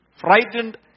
frightened